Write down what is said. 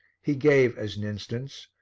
he gave, as an instance,